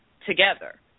together